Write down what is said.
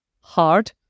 hard